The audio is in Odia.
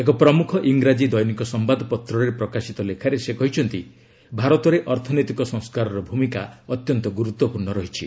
ଏକ ପ୍ରମୁଖ ଇଙ୍ଗ୍ରାଜୀ ଦୈନିକ ସମ୍ଘାଦପତ୍ରରେ ପ୍ରକାଶିତ ଲେଖାରେ ସେ କହିଛନ୍ତି ଭାରତରେ ଅର୍ଥନୈତିକ ସଂସ୍କାରର ଭୂମିକା ଅତ୍ୟନ୍ତ ଗୁରୁତ୍ୱପୂର୍ଣ୍ଣ ରହିଛି